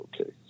okay